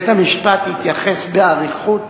בית-המשפט התייחס באריכות